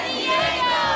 Diego